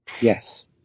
yes